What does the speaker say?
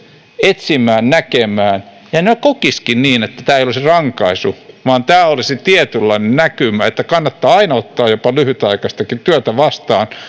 etsimään näkemään ja he kokisivatkin niin että tämä ei olisi rankaisua vaan tämä olisi tietynlainen näkymä että kannattaa aina ottaa jopa lyhytaikaistakin työtä vastaan